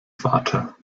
vater